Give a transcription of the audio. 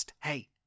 Hey